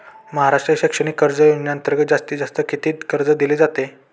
महाराष्ट्र शैक्षणिक कर्ज योजनेअंतर्गत जास्तीत जास्त किती कर्ज दिले जाते?